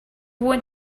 want